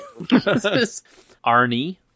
Arnie